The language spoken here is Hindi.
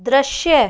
दृश्य